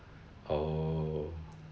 oh